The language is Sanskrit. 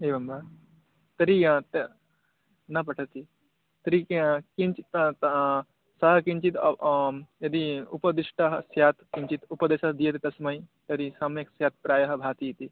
एवं वा तर्हि न पठति तर्हि किं स किञ्चित् यदि उपदिष्टः स्यात् किञ्चित् उपदेशः दीयते तस्मै तर्हि सम्यक् स्यात् प्रायः भातीति